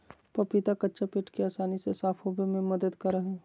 पपीता कच्चा पेट के आसानी से साफ होबे में मदद करा हइ